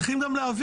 גם צריכים להבין,